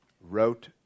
wrote